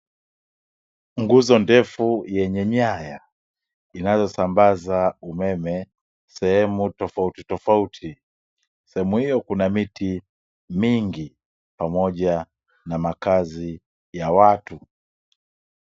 Nguzo ndefu yenye nyaya inayosambaza umeme sehemu tofauti tofauti. Sehemu hiyo kuna miti mingi pamoja na makazi ya watu.